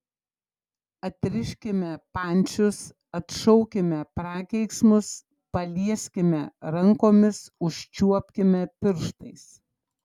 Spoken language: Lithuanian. atriškime pančius atšaukime prakeiksmus palieskime rankomis užčiuopkime pirštais